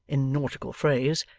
in nautical phrase,